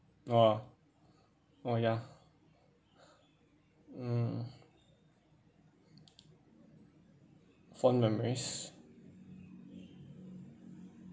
!wow! oh ya mm fond memories